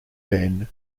benn